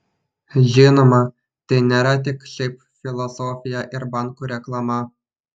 žinoma tai nėra tik šiaip filosofija ir bankų reklama